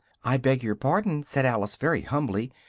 i beg your pardon, said alice very humbly,